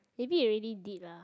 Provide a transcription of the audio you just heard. maybe you already did lah